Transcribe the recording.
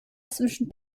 zwischen